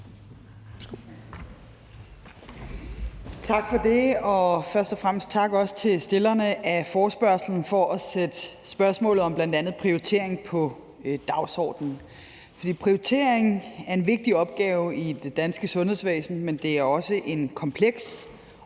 Tak for det, og først og fremmest også tak til stillerne af forespørgslen for at sætte spørgsmålet om bl.a. prioritering på dagsordnen. For prioritering er en vigtig opgave i det danske sundhedsvæsen, men det er også en kompleks